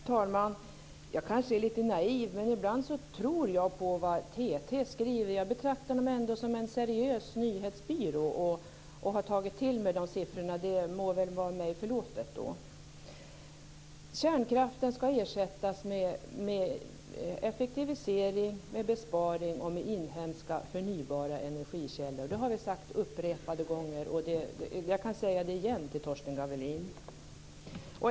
Herr talman! Jag kanske är litet naiv, men ibland tror jag på vad TT skriver. Jag betraktar det ändå som en seriös nyhetsbyrå, och jag har tagit till mig dessa siffror. Det må väl vara mig förlåtet. Kärnkraften skall ersättas med effektivisering, besparing och inhemska förnybara energikällor. Det har vi sagt upprepade gånger, och jag kan säga det igen till Torsten Gavelin.